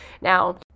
Now